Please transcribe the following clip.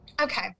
Okay